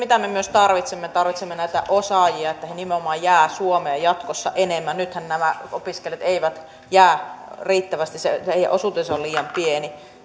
me myös tarvitsemme tarvitsemme näitä osaajia sitä että he nimenomaan jäävät suomeen jatkossa enemmän nythän nämä opiskelijat eivät jää riittävästi heidän osuutensa on liian pieni